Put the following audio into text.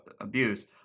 abuse